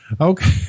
okay